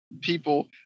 people